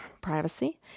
privacy